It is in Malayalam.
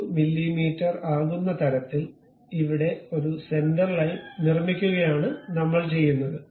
32 മില്ലിമീറ്റർ ആകുന്ന തരത്തിൽ ഇവിടെ ഒരു സെന്റർ ലൈൻ നിർമ്മിക്കുകയാണ് നമ്മൾ ചെയ്യുന്നത്